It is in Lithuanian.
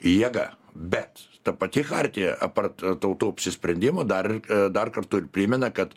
jėga bet ta pati chartija apart tautų apsisprendimo dar dar kartu ir primena kad